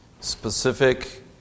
specific